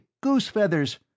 Goose-feathers